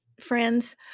friends